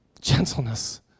gentleness